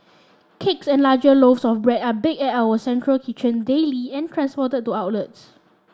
cakes and larger loaves of bread are baked at our central kitchen daily and transported to outlets